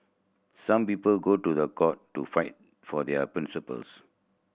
some people go to the court to fight for their principles